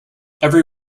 every